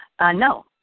No